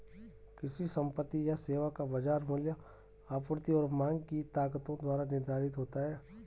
किसी संपत्ति या सेवा का बाजार मूल्य आपूर्ति और मांग की ताकतों द्वारा निर्धारित होता है